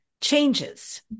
changes